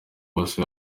bose